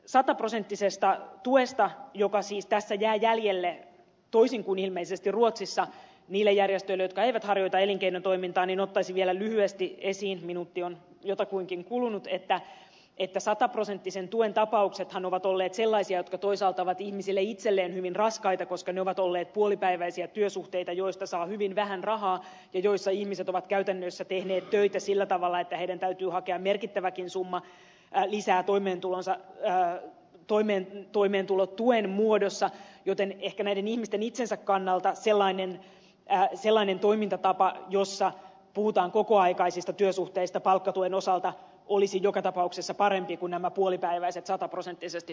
järjestöjen sataprosenttisesta tuesta joka siis tässä jää jäljelle toisin kuin ilmeisesti ruotsissa niillä järjestöillä jotka eivät harjoita elinkeinotoimintaa ottaisin vielä lyhyesti esiin minuutti on jotakuinkin kulunut että sataprosenttisen tuen tapauksethan ovat olleet toisaalta ihmisille itselleen hyvin raskaita koska ne ovat olleet puolipäiväisiä työsuhteita joista saa hyvin vähän rahaa ja joissa ihmiset ovat käytännössä tehneet töitä sillä tavalla että heidän täytyy hakea merkittäväkin summa lisää toimeentuloonsa toimeentulotuen muodossa joten ehkä näiden ihmisten itsensä kannalta sellainen toimintatapa jossa puhutaan kokoaikaisista työsuhteista palkkatuen osalta olisi joka tapauksessa parempi kuin nämä puolipäiväiset sataprosenttisesti tuetut työsuhteet